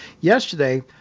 yesterday